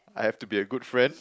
I have to be a good friend